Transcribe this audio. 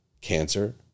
cancer